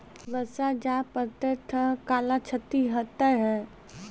बरसा जा पढ़ते थे कला क्षति हेतै है?